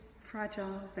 fragile